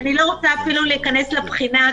אני לא רוצה אפילו להיכנס לבחינה,